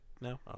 no